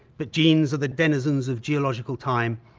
but genes are the denizens of geological time.